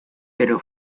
pero